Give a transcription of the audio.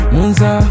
Munza